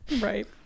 Right